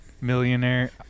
millionaire